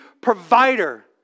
provider